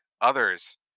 others